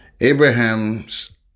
Abraham's